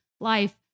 life